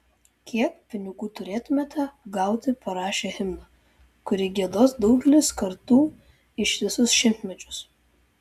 kiek pinigų turėtumėte gauti parašę himną kurį giedos daugelis kartų ištisus šimtmečius